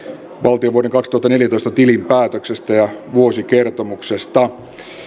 valtion vuoden kaksituhattaneljätoista tilinpäätöksestä ja vuosikertomuksesta